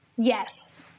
Yes